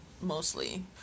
mostly